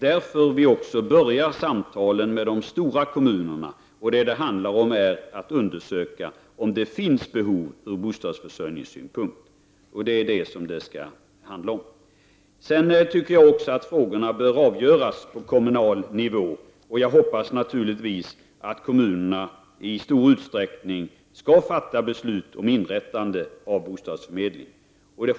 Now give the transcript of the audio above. Därför börjar vi samtalen med de största kommunerna. Det handlar om att undersöka om det finns behov från bostadsförsörjningssynpunkt. Även jag tycker att frågorna bör avgöras på kommunal nivå, och jag hoppas naturligtvis att kommunerna i stor utsträckning skall fatta beslut om inrättande av bostadsförmedling.